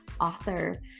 author